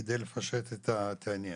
כדי לפשט את העניין.